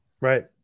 Right